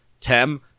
Tem